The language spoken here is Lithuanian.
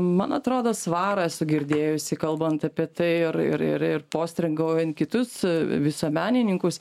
man atrodo svarą esu girdėjusi kalbant apie tai ar ir ir postringaujant kitus visuomenininkus